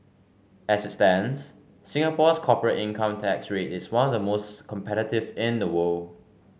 as it stands Singapore's corporate income tax rate is one of the most competitive in the world